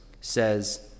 says